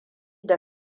da